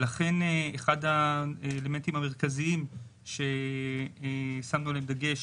לכן אחד האלמנטים המרכזיים ששמנו עליו דגש